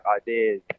ideas